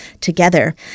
together